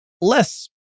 less